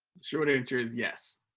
short answer is yes.